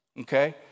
okay